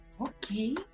Okay